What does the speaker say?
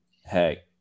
Hey